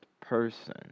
person